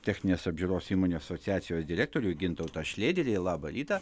techninės apžiūros įmonių asociacijos direktorių gintautą šlėderį labą rytą